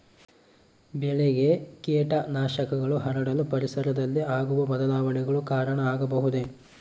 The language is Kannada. ಬೆಳೆಗೆ ಕೇಟನಾಶಕಗಳು ಹರಡಲು ಪರಿಸರದಲ್ಲಿ ಆಗುವ ಬದಲಾವಣೆಗಳು ಕಾರಣ ಆಗಬಹುದೇ?